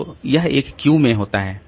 तो वह एक क्यू में होता है